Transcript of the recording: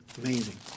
Amazing